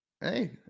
Hey